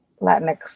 Latinx